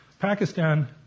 Pakistan